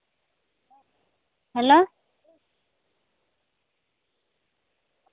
hello